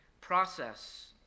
process